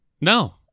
No